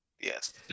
Yes